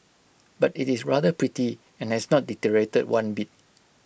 but IT is rather pretty and has not deteriorated one bit